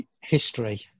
history